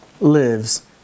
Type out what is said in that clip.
lives